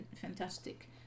fantastic